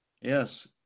yes